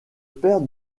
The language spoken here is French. père